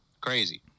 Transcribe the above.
Crazy